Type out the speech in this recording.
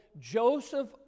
Joseph